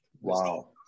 Wow